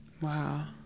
wow